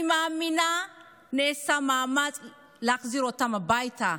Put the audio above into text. אני מאמינה שנעשה מאמץ להחזיר אותם הביתה,